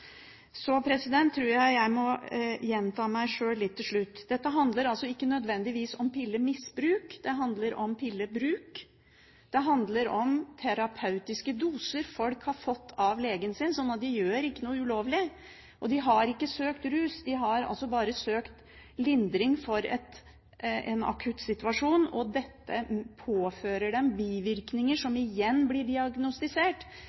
Så tror jeg det er behov for mer nasjonal kunnskap her. Det har de i Sverige og Danmark, ut fra medisinske grunner for å kunne noe om virkningen. Jeg tror jeg må gjenta meg sjøl litt til slutt. Det handler altså ikke nødvendigvis om pillemisbruk. Det handler om pillebruk. Det handler om terapeutiske doser som folk har fått av legen sin, slik at de gjør ikke noe ulovlig. De har ikke søkt rus, de har